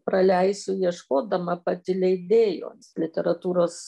praleisiu ieškodama pati leidėjo literatūros